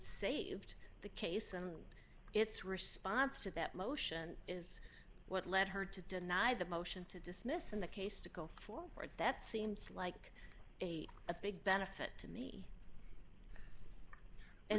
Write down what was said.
saved the case and its response to that motion is what led her to deny the motion to dismiss and the case to go forward that seems like a a big benefit to me and